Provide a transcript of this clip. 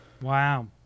Wow